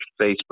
Facebook